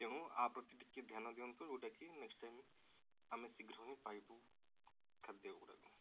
ତେଣୁ ଆ ପ୍ରତି ଟିକେ ଧ୍ୟାନ ଦିଅନ୍ତୁ ଯେଉଁଟା କି ନେକଷ୍ଟ ଟାଇମ ଆମେ ଶୀଘ୍ର ହିଁ ପାଇବୁ ଖାଦ୍ୟ ଗୁଡ଼ାକୁ